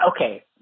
okay